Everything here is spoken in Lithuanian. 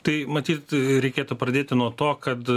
tai matyt reikėtų pradėti nuo to kad